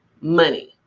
money